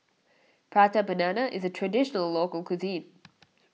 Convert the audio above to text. Prata Banana is a Traditional Local Cuisine